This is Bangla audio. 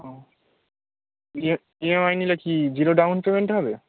ও ইএমআই নিলে কি জিরো ডাউন পেমেন্ট হবে